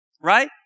Right